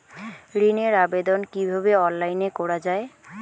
ঋনের আবেদন কিভাবে অনলাইনে করা যায়?